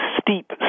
steep